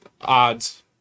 odds